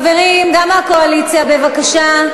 חברים גם מהקואליציה, בבקשה.